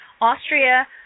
Austria